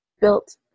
built